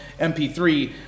MP3